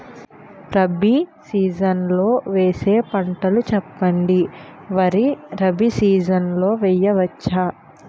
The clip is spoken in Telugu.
రబీ సీజన్ లో వేసే పంటలు చెప్పండి? వరి రబీ సీజన్ లో వేయ వచ్చా?